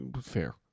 fair